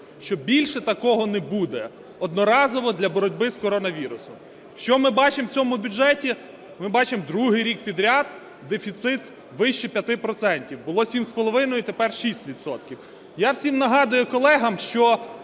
що більше такого не буде, одноразово для боротьби з коронавірусом. Що ми бачимо в цьому бюджеті? Ми бачимо другий рік підряд дефіцит, вище 5 процентів, було 7,5 – тепер 6 відсотків. Я всім нагадую колегам, що